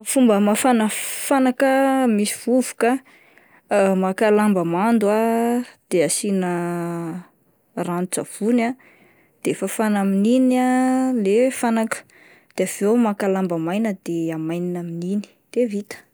Fomba amafana fanaka misy vovoka maka lamba mando ah de asiana ranon-tsavony ah, de fafana amin'iny ah le fanaka de avy eo maka lamba maina de amainina amin'iny de vita.